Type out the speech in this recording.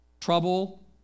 trouble